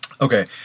Okay